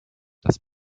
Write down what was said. das